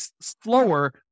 slower